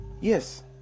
Yes